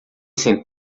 sem